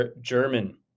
German